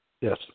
Yes